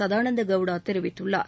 சதானந்த கௌடா தெரிவித்துள்ளார்